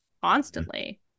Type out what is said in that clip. constantly